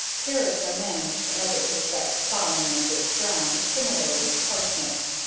carrots, are managed as it respects plowing and rich ground, similarly to parsnips.